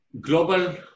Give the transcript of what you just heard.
global